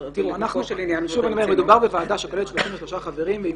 שוב אני אומר שמדובר בוועדה שכוללת 33 חברים והיא